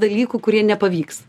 dalykų kurie nepavyks